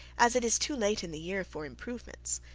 as it is too late in the year for improvements.